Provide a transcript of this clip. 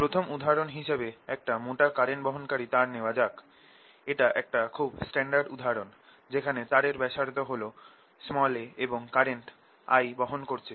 প্রথম উদাহরণ হিসেবে একটা মোটা কারেন্ট বহনকারী তার নেওয়া যাক এটা একটা খুব স্ট্যান্ডার্ড উদাহরণ যেখানে তারের ব্যাসার্ধ হল a এবং তারটা কারেন্ট I বহন করছে